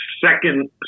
second